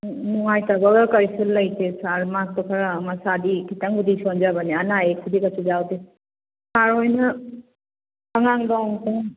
ꯅꯨꯡꯉꯥꯏꯇꯕꯒ ꯀꯩꯔꯤꯁꯨ ꯂꯩꯇꯦ ꯁꯥꯔ ꯃꯍꯥꯛꯇꯣ ꯈꯔ ꯃꯁꯥꯗꯤ ꯈꯤꯇꯪꯕꯨꯗꯤ ꯁꯣꯟꯖꯕꯅꯦ ꯑꯅꯥ ꯑꯌꯦꯛꯄꯨꯗꯤ ꯀꯩꯁꯨ ꯌꯥꯎꯗꯦ ꯁꯥꯔ ꯍꯣꯏꯅ ꯑꯉꯥꯡꯗꯣ ꯑꯃꯨꯛꯇꯪ